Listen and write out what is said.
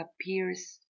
appears